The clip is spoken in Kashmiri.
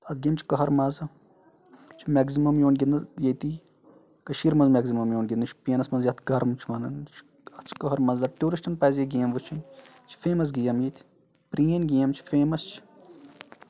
اَتھ گیمہِ چھِ کَہر مَزٕ یہِ چھُ میٚگزِمَم یِوَان گِنٛدنہٕ ییٚتی کٔشیٖر منٛز میٚگزِمَم یِوَان گِنٛدنہٕ شُپینَس منٛز یَتھ گرم چھُ وَنان یہِ چھُ اَتھ چھُ کَہر مَزٕ ٹوٗرِسٹَن پَزِ یہِ گیم وٕچھٕنۍ یہِ چھِ فیمَس گیم ییٚتہِ پرٲنۍ گیم چھِ فیمَس چھِ